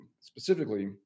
Specifically